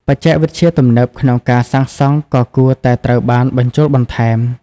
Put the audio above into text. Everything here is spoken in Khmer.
បច្ចេកវិទ្យាទំនើបក្នុងការសាងសង់ក៏គួរតែត្រូវបានបញ្ចូលបន្ថែម។